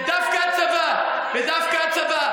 ודווקא הצבא,